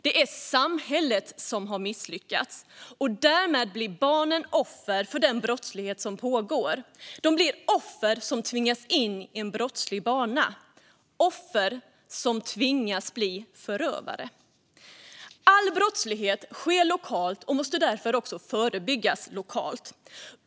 Det är samhället som har misslyckats, och därmed blir barnen offer för den brottslighet som pågår. De blir offer som tvingas in på en brottslig bana, offer som tvingas bli förövare. All brottslighet sker lokalt och måste därför också förebyggas lokalt.